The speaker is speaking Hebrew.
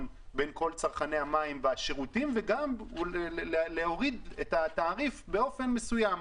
בין כל צרכני המים והשירותים וגם להוריד את התעריף באופן מסוים.